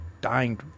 dying